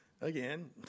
Again